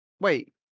wait